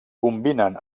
combinen